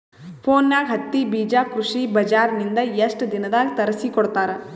ಫೋನ್ಯಾಗ ಹತ್ತಿ ಬೀಜಾ ಕೃಷಿ ಬಜಾರ ನಿಂದ ಎಷ್ಟ ದಿನದಾಗ ತರಸಿಕೋಡತಾರ?